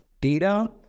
data